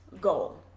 goal